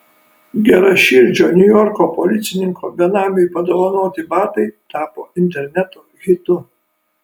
geraširdžio niujorko policininko benamiui padovanoti batai tapo interneto hitu